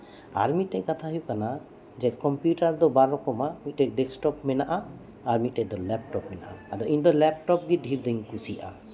ᱟᱨ ᱢᱤᱫᱴᱮᱱ ᱦᱩᱭᱩᱜ ᱠᱟᱱᱟ ᱠᱚᱢᱯᱤᱭᱩᱴᱟᱨ ᱫᱚ ᱵᱟᱨ ᱨᱚᱠᱚᱢᱟ ᱢᱤᱫᱴᱮᱡ ᱰᱮᱥᱠᱴᱚᱯ ᱢᱮᱱᱟᱜᱼᱟ ᱢᱤᱫᱴᱮᱡ ᱞᱮᱯᱴᱚᱯ ᱢᱮᱱᱟᱜᱼᱟ ᱟᱫᱚ ᱤᱧ ᱤᱧ ᱫᱚ ᱞᱮᱯᱴᱚᱯ ᱜᱮ ᱰᱷᱮᱨ ᱤᱧ ᱠᱩᱥᱤᱭᱟᱜᱼᱟ